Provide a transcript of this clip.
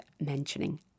mentioning